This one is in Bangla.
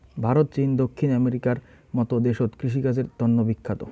ভারত, চীন, দক্ষিণ আমেরিকার মত দেশত কৃষিকাজের তন্ন বিখ্যাত